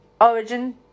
Origin